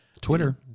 Twitter